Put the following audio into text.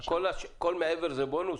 כל המעבר זה בונוס?